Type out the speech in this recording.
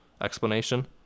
explanation